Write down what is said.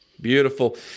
Beautiful